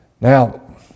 Now